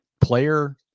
Player